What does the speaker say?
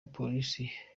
abapolisi